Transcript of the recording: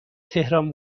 تهران